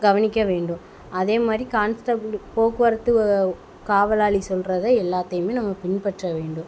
கவனிக்க வேண்டும் அதேமாதிரி கான்ஸ்டபில் போக்குவரத்து காவலாளி சொல்லுறத எல்லாத்தையுமே நம்ம பின்பற்ற வேண்டும்